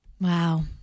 Wow